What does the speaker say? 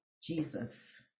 Jesus